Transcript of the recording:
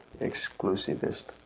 exclusivist